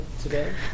today